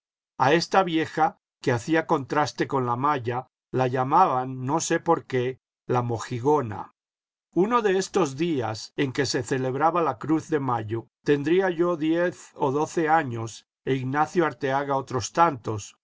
a esta vieja que hacía contraste con la maya la llamaban no sé por qué la mojigona uno de estos días en que se celebraba la cruz de mayo tendría yo diez o doce años e ignacio arteaga otros tantos